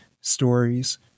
Stories